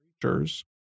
creatures